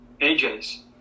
AJ's